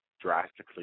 drastically